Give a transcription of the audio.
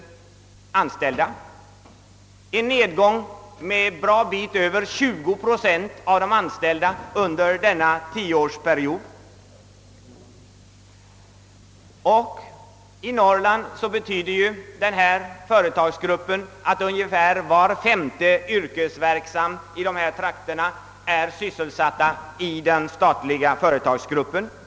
Det innebär en minskning med mer än 20 procent av antalet anställda under denna tioårsperiod. I dessa trakter av Norrland är ungefär var femte person av de yrkesverksamma sysselsatta inom den statliga företagsgruppen.